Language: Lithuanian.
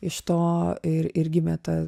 iš to ir ir gimė ta